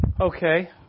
Okay